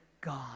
God